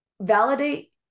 validate